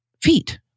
feet